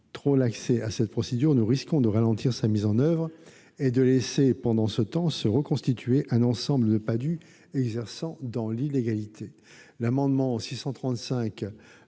trop l'accès à cette procédure, nous risquons de ralentir sa mise en oeuvre et de laisser, pendant ce temps, se reconstituer un ensemble de Padhue exerçant dans l'illégalité. L'amendement n° 635